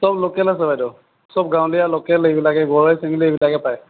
সব ল'কেল আছে বাইদেউ সব গাঁৱলীয়া ল'কেল এইবিলাকেই গৰৈ চেঙেলি এইবিলাকেই পায়